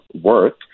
work